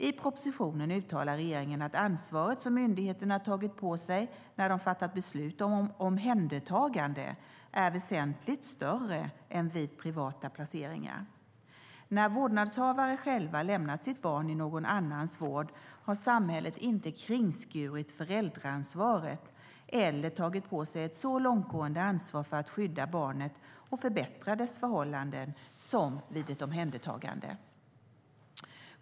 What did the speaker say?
I propositionen uttalar regeringen att ansvaret som myndigheterna tagit på sig när de fattat beslut om omhändertagande är väsentligt större än vid privata placeringar. När vårdnadshavarna själva lämnat sitt barn i någon annans vård har samhället inte kringskurit föräldraansvaret eller tagit på sig ett så långtgående ansvar för att skydda barnet och förbättra dess förhållanden som vid ett omhändertagande.